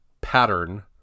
pattern